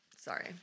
Sorry